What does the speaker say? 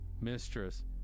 mistress